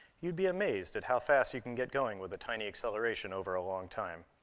you'd be amazed at how fast you can get going with a tiny acceleration over a long time.